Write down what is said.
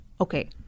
Okay